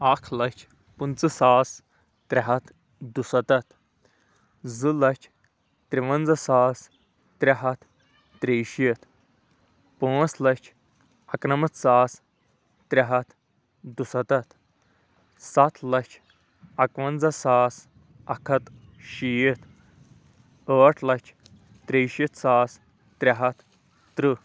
اَکھ لچھ پٕنٛژٕہ ساس ترٛےٚ ہَتھ دُسَتَتھ زٕ لَچھ تِرٛوَنٛزاہ ساس ترٛےٚ ہَتھ ترٛے شیٖتھ پانٛژھ لَچھ اَکنَمَتھ ساس ترٛےٚ ہَتھ دُسَتَتھ سَتھ لَچھ اَکوَنٛزاہ ساس اَکھ ہَتھ شیٖتھ ٲٹھ لَچھ ترٛے شیٖتھ ساس ترٛےٚ ہَتھ تٕرٛہ